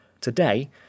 Today